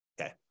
Okay